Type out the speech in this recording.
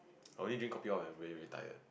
I only drink kopi-O when I'm very very tired